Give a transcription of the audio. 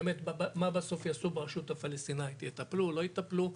באמת מה בסוף יעשו ברשות הפלסטינאית יטפלו או לא יטפלו.